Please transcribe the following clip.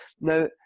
now